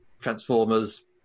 Transformers